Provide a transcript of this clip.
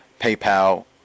PayPal